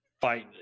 fight